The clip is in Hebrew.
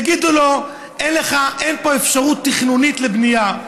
יגידו לו: אין פה אפשרות תכנונית לבנייה.